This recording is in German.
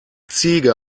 ziege